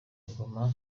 ingoma